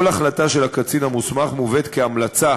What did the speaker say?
כל החלטה של הקצין המוסמך מובאת כהמלצה